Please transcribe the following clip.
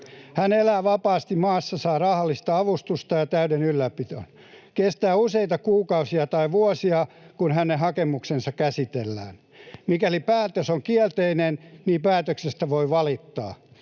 Hän elää vapaasti maassa, saa rahallista avustusta ja täyden ylläpidon. Kestää useita kuukausia tai vuosia, kun hänen hakemuksensa käsitellään. Mikäli päätös on kielteinen, päätöksestä voi valittaa.